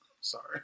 Sorry